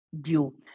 due